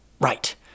Right